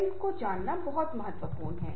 स्वयं को जानना बहुत महत्वपूर्ण है